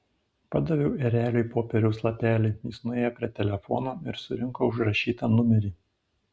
padaviau ereliui popieriaus lapelį jis nuėjo prie telefono ir surinko užrašytą numerį